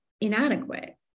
inadequate